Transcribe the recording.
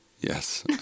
Yes